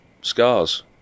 scars